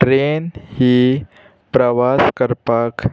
train ही प्रवास करपाक